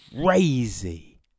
crazy